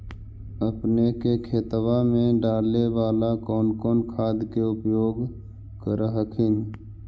अपने के खेतबा मे डाले बाला कौन कौन खाद के उपयोग कर हखिन?